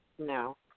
no